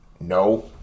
no